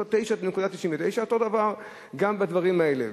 9.99. אותו דבר גם בדברים האלה.